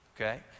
okay